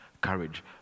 courage